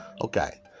Okay